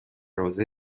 حوزه